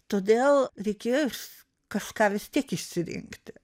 todėl reikės kažką vis tiek išsirinkti